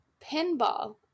pinball